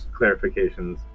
clarifications